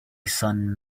son